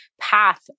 path